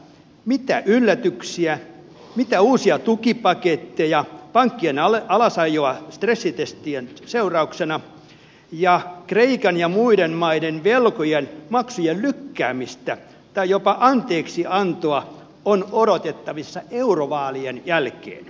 mitä yllätyksiä uusia tukipaketteja pankkien alasajoa stressitestien seurauksena ja kreikan ja muiden maiden velkojen maksujen lykkäämistä tai jopa anteeksiantoa on odotettavissa eurovaalien jälkeen